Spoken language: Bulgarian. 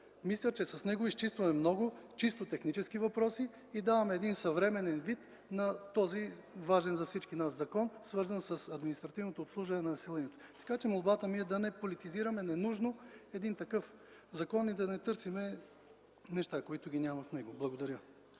Мисля, че с него изчистваме много технически въпроси и даваме съвременен вид на този важен за всички нас закон, свързан с административното обслужване на населението. Молбата ми е да не политизираме ненужно един такъв закон и да не търсим неща, които няма в него. Благодаря.